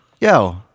yo